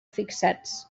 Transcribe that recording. fixats